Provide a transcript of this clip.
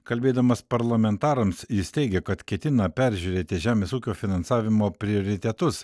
kalbėdamas parlamentarams jis teigė kad ketina peržiūrėti žemės ūkio finansavimo prioritetus